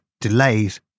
delays